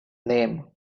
name